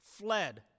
fled